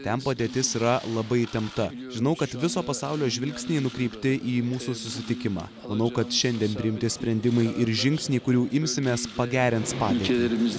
ten padėtis yra labai įtempta žinau kad viso pasaulio žvilgsniai nukreipti į mūsų susitikimą manau kad šiandien pri imti sprendimai ir žingsniai kurių imsimės pagerins padėtį